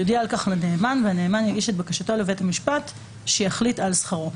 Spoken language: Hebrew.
יודיע על כך לנאמן והנאמן יגיש את בקשתו לבית המשפט שיחליט על שכרו".